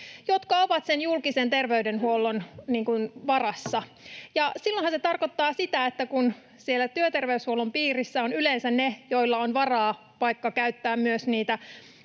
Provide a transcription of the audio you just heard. jotka ovat sen julkisen terveydenhuollon varassa. Silloinhan se tarkoittaa sitä, että kun siellä työterveyshuollon piirissä ovat yleensä ne, joilla on varaa vaikka käyttää myös niitä